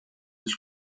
del